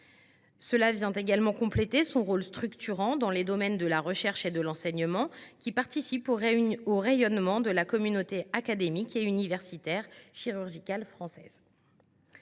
Cela vient également compléter son rôle structurant, dans les domaines de la recherche et de l’enseignement, qui participent au rayonnement de la communauté académique et universitaire chirurgicale française.